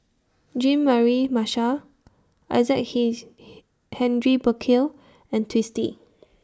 Jean Mary Marshall Isaac His He Henry Burkill and Twisstii